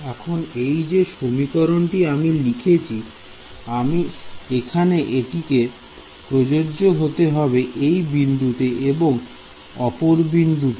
এখন এই যে সমীকরণটি আমি লিখেছি এখানে এটিকে প্রযোজ্য হতে হবে এই বিন্দুতে এবং অপর বিন্দুতেও